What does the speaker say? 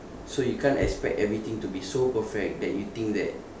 so you can't expect everything to be so perfect that you think that